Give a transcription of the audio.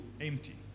empty